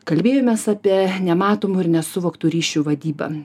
kalbėjomės apie nematomų ir nesuvoktų ryšių vadybą